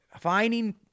finding